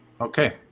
Okay